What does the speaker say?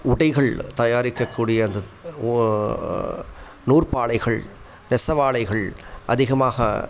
உடைகள் தயாரிக்கக்கூடிய அந்தத் ஓ நூற்பாலைகள் நெசவாலைகள் அதிகமாக